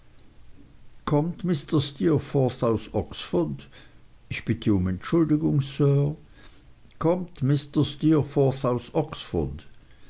kommt mr steerforth aus oxford ich bitte um entschuldigung sir kommt mr steerforth aus